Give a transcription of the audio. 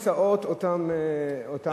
כיסאות, אותם מושבים.